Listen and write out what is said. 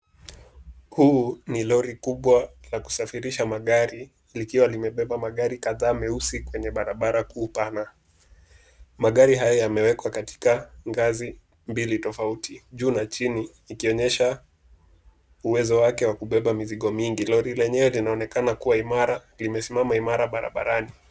Huu ni lori kubwa la kusafirisha magari likiwa limebeba magari kadhaa meusi kwenye barabara kuu pana. Magari haya yameekwa katika ngazi mbili tofauti juu na chini likionyesha uwezo wake wa kubeba mizigo mingi. Lori lenyewe linaonekana kuwa imara, limesimama imara barabarani.